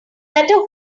better